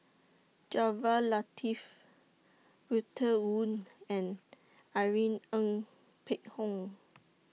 Jaafar Latiff Walter Woon and Irene Ng Phek Hoong